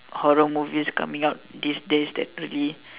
horror movies coming out these days that really